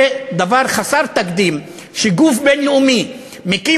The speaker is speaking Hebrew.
זה דבר חסר תקדים שגוף בין-לאומי מקים